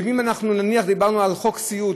ואם נניח דיברנו על חוק סיעוד,